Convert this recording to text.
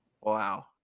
Wow